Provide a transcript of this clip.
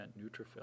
neutrophils